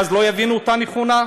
ואז לא יבינו אותה נכון?